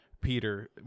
Peter